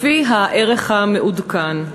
לפי הערך המעודכן.